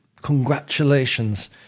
Congratulations